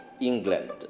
England